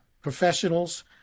professionals